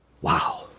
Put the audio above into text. Wow